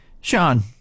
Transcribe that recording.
Sean